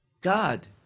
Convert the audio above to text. god